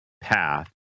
path